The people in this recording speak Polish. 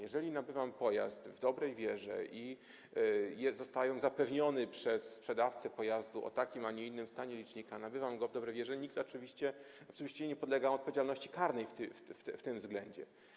Jeżeli nabywam pojazd w dobrej wierze i zostałem zapewniony przez sprzedawcę pojazdu o takim, a nie innym stanie licznika, nabywam go w dobrej wierze, to oczywiście nikt nie podlega odpowiedzialności karnej w tym względzie.